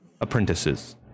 apprentices